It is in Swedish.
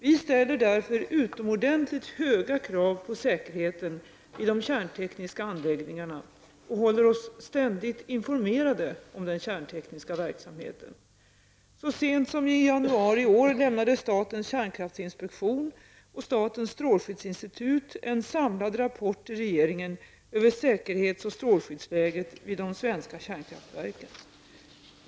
Vi ställer därför utomordentligt höga krav på säkerheten vid de kärntekniska anläggningarna och håller oss ständigt informerade om den kärntekniska verksamheten. Så sent som i januari i år lämnade statens kärnkraftinspektion och statens strålskyddsinstitut en samlad rapport till regeringen över säkerhetsoch strålskyddsläget vid de svenska kärnkraftverken.